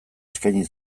eskaini